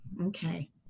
Okay